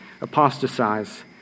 apostatize